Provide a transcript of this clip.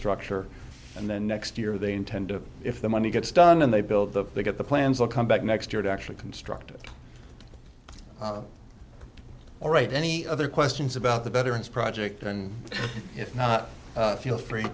structure and then next year they intend to if the money gets done and they build the they get the plans will come back next year to actually construct it all right any other questions about the veterans project and if not feel free